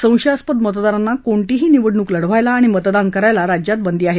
संशयास्पद मतदारांना कोणतीही निवडणूक लढवायला आणि मतदान करायला राज्यात बंदी आहे